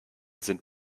sind